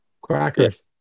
Crackers